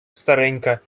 старенька